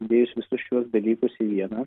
sudėjus visus šiuos dalykus į vieną